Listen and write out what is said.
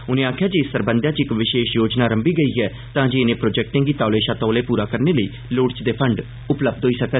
उने आखेआ जे इस सरबंधै च इक विषेश योजना रम्मी गेई ऐ तांजे इने प्रोजेक्टे गी तौले षा तौले पूरा करने लेई लोड़चदे फंड उपलब्ध होई सकन